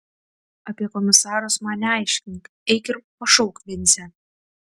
apie komisarus man neaiškink eik ir pašauk vincę